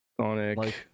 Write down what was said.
sonic